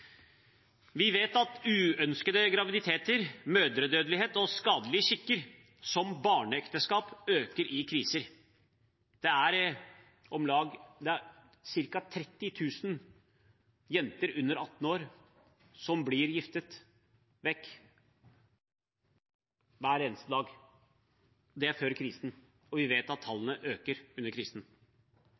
Vi vet at uønskede graviditeter, mødredødelighet og skadelige skikker, som barneekteskap, øker i kriser. Det er ca. 30 000 jenter under 18 år som blir giftet bort hver eneste dag. Det var før krisen, og vi vet at tallene øker under krisen.